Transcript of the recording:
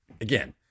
Again